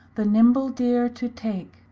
the nimble deere to take,